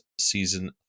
season